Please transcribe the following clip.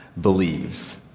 believes